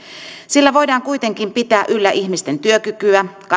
sillä voidaan kuitenkin pitää yllä ihmisten työkykyä